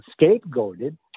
scapegoated